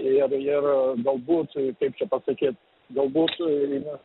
ir ir galbūt kaip čia pasakyt gal būs jie